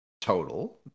total